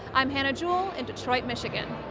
i am hannah jewel in detroit michigan.